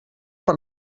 per